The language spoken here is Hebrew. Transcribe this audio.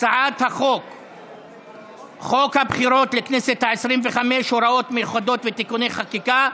חוק הבחירות לכנסת העשרים-וחמש (הוראות מיוחדות ותיקוני חקיקה),